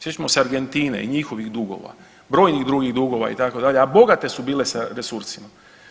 Sjećamo se Argentine i njihovih dugova, brojnih drugih dugova itd., a bogate su bile sa resursima.